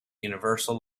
universal